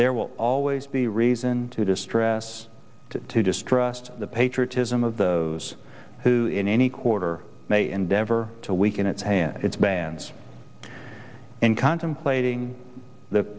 there will always be reason to distress to distrust the patriotism of those who in any quarter may endeavor to weaken its hand its bands and contemplating th